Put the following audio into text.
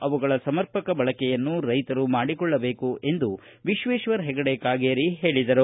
ಅವುಗಳ ಸಮರ್ಪಕ ಬಳಕೆಯನ್ನು ರೈತರು ಮಾಡಿಕೊಳ್ಳಬೇಕು ಎಂದು ಕಾಗೇರಿ ಹೇಳಿದರು